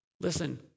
listen